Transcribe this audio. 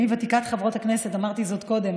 אני ותיקת חברות הכנסת, אמרתי זאת קודם.